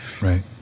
Right